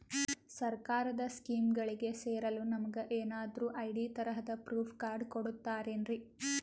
ಸರ್ಕಾರದ ಸ್ಕೀಮ್ಗಳಿಗೆ ಸೇರಲು ನಮಗೆ ಏನಾದ್ರು ಐ.ಡಿ ತರಹದ ಪ್ರೂಫ್ ಕಾರ್ಡ್ ಕೊಡುತ್ತಾರೆನ್ರಿ?